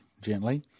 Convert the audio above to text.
gently